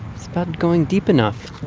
but going deep enough